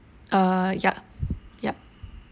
uh ya ya